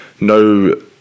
no